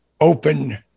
open